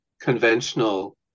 conventional